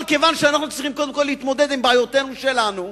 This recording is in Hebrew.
אבל כיוון שאנחנו צריכים קודם כול להתמודד עם בעיותינו שלנו,